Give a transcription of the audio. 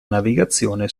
navigazione